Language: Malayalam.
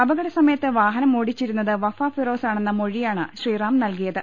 അപകടസമയത്ത് വാഹനം ഓടിച്ചിരുന്നത് വഫ ഫിറോസ് ആണെന്ന മൊഴിയാണ് ശ്രീറാം നൽകിയത്